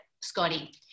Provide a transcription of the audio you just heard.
Scotty